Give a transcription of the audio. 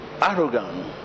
Arrogant